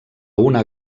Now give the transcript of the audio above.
una